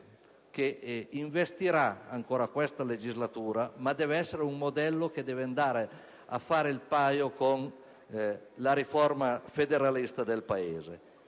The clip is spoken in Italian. investire ancora questa legislatura; deve essere un modello che andrà a fare il paio con la riforma federalista del Paese.